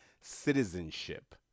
citizenship